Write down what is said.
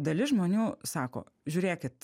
dalis žmonių sako žiūrėkit